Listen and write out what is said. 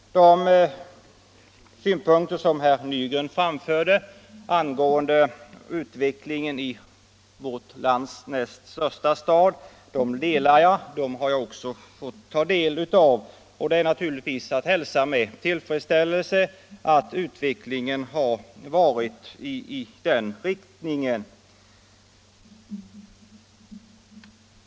De synpunkter herr Nygren framförde angående utvecklingen i vårt lands näst största stad delar jag — och dem har jag också fått ta del av. Det är naturligtvis att hälsa med tillfredsställelse att utvecklingen har gått i en sådan riktning.